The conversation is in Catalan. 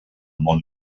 món